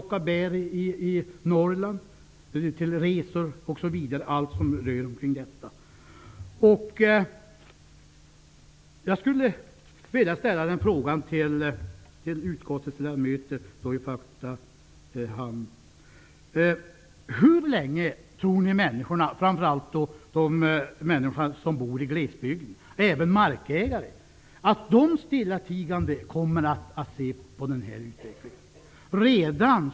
Norrland, till resor och allt som följer med detta. Jag skulle vilja ställa frågan till i första hand utskottets ledamöter: Hur länge tror ni att människorna, framför allt de som bor i glesbygd och även markägare, stillatigande kommer att se på den här utvecklingen?